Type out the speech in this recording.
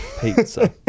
Pizza